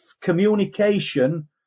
communication